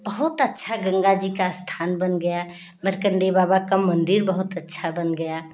बहुत अच्छा गंगा जी का स्थान बन गया मार्कण्डेय बाबा का मंदिर बहुत अच्छा बन गया